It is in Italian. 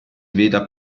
veda